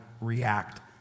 react